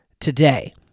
today